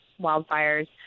wildfires